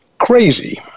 crazy